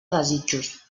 desitjos